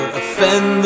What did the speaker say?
offend